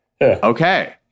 okay